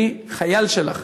אני חייל שלך.